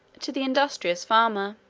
to the industrious farmer.